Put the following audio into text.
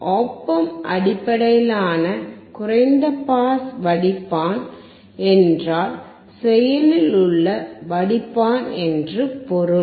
op amp அடிப்படையிலான குறைந்த pass வடிப்பான் என்றால் செயலில் உள்ள வடிப்பான் என்று பொருள்